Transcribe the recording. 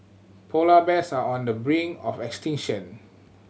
polar bears are on the brink of extinction